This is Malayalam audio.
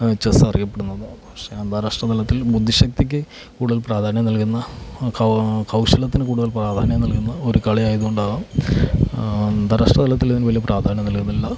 ചെസ്സ് അറിയപ്പെടുന്നത് പക്ഷേ അന്താരാഷ്ട്ര തലത്തിൽ ബുദ്ധിശക്തിക്ക് കൂടുതൽ പ്രാധാന്യം നൽകുന്ന കൗ കൗശലത്തിന് കൂടുതൽ പ്രാധാന്യം നൽകുന്ന ഒരു കളി ആയതുകൊണ്ടാവാം അന്താരാഷ്ട്ര തലത്തിൽ ഇതിന് വലിയ പ്രാധാന്യം നൽകുന്നില്ല